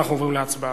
אנחנו עוברים להצבעה.